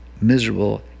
miserable